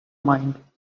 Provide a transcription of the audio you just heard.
mind